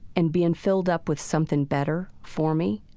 and being filled up with something better for me.